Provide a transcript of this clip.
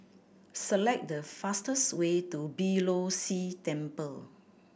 select the fastest way to Beeh Low See Temple